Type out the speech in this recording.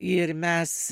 ir mes